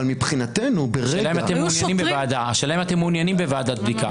אבל מבחינתנו ברגע --- השאלה אם אתם מעוניינים בוועדת בדיקה.